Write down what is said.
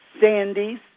sandys